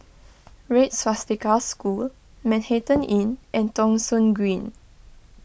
Red Swastika School Manhattan Inn and Thong Soon Green